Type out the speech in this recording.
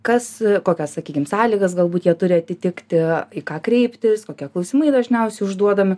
kas kokias sakykim sąlygas galbūt jie turi atitikti į ką kreiptis kokie klausimai dažniausiai užduodami